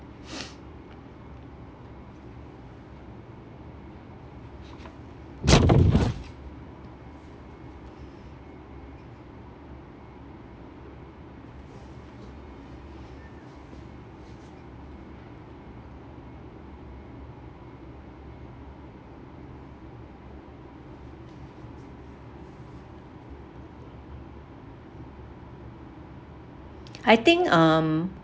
I think um